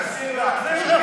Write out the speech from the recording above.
להחזיר לה.